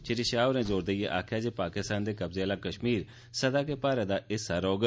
श्री शाह होरें जोर देइयै आखेआ जे पाकिस्तान दे कब्जे आहला कश्मीरए सदा गै भारत दा हिस्सा रौहग